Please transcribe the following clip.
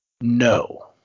No